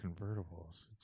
convertibles